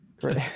Great